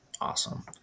Awesome